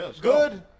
Good